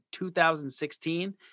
2016